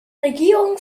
regierung